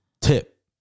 tip